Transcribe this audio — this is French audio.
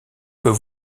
peut